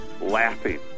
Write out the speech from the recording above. laughing